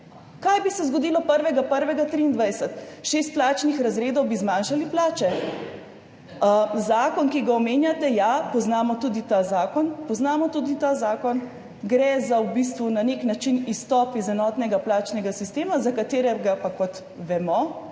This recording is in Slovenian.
Kaj bi se zgodilo 1. 1. 2023? Za šest plačnih razredov bi zmanjšali plače. Zakon, ki ga omenjate – ja, poznamo tudi ta zakon. Poznamo tudi ta zakon, gre za na nek način izstop iz enotnega plačnega sistema, za katerega pa, kot vemo,